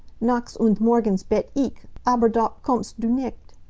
nachts und morgens bete ich, aber doch kommst du nicht.